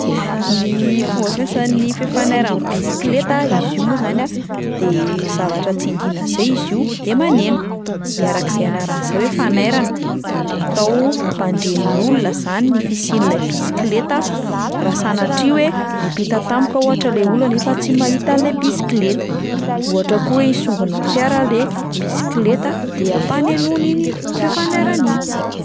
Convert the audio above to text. Ny fomba fiasan'ny feo fanairan'ny bisikleta izy io moa zany a de zavatra tsindriana zay izy io de maneno, de arak'izay anarany izay hoe fanairana, natao hampandre ny olona zany ny fisian'lay bisikleta raha sanatria hoe miampita tampoka ohatra le olona nefa tsy mahita an'le bisikleta, ohatra koa hoe hisongona fiara le bisikleta de ampanenoiny iny feo fanairana iny.